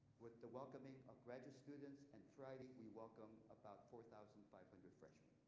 with the welcoming of graduate students and friday we welcome about four thousand five hundred freshmen.